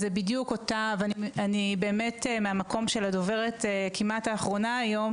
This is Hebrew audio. אני באמת מהמקום של הדוברת כמעט האחרונה היום,